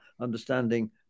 understanding